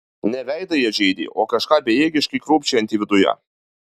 ne veidą jie žeidė o kažką bejėgiškai krūpčiojantį viduje